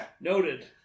Noted